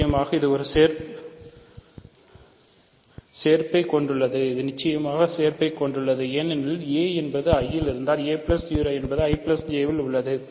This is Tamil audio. நிச்சயமாக இது சேர்ப்பைக் கொண்டுள்ளது ஏனெனில் a என்பது I இல் இருந்தால் a 0 என்பது I J இல் உள்ளது